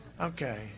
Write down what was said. Okay